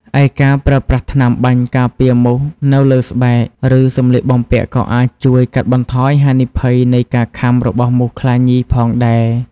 ឯការប្រើប្រាស់ថ្នាំបាញ់ការពារមូសនៅលើស្បែក ឬសម្លៀកបំពាក់ក៏អាចជួយកាត់បន្ថយហានិភ័យនៃការខាំរបស់មូសខ្លាញីផងដែរ។